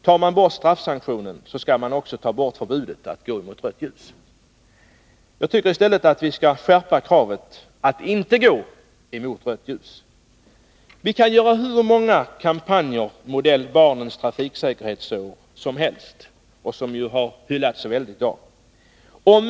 Tar man bort straffsanktionen, skall man också ta bort förbudet att gå mot rött ljus. Jag tycker i stället att vi skall skärpa kravet på att man inte får gå mot rött ljus. Vi kan göra hur många kampanjer som helst av modell Barnens trafiksäkerhetsår, en kampanj som hyllats så väldigt i dag.